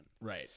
Right